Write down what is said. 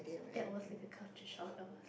that was like a culture shock though